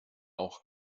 auch